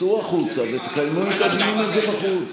צאו החוצה ותקיימו את הדיון הזה בחוץ.